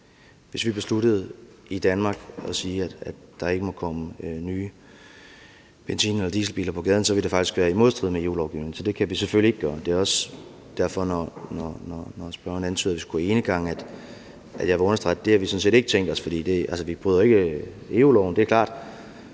Danmark besluttede at sige, at der ikke måtte komme nye benzin- og dieselbiler på gaden, så ville det faktisk være i modstrid med EU-lovgivningen, så det kan vi selvfølgelig ikke gøre. Det er også derfor, at jeg, når spørgeren antyder, at vi skulle gå enegang, vil understrege, at det har vi sådan set ikke tænkt os. For vi vil jo ikke bryde EU-lovgivningen – det er klart